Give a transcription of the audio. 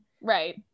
right